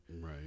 Right